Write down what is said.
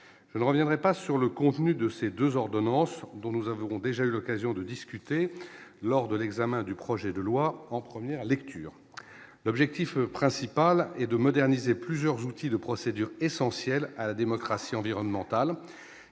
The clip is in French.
je ne reviendrai pas sur le contenu de ces 2 ordonnances dont nous avons déjà eu l'occasion de discuter lors de l'examen du projet de loi en première lecture l'objectif principal est de moderniser plusieurs outils de procédure essentiel à la démocratie environnementale,